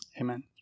Amen